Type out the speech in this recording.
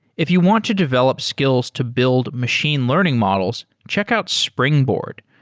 if you want to develop skills to build machine learning models, check out springboard.